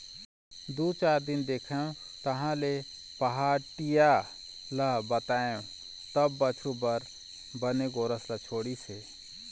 दू चार दिन देखेंव तहाँले पहाटिया ल बताएंव तब बछरू बर बने गोरस ल छोड़िस हे